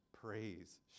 praise